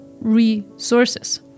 resources